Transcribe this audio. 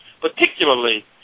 particularly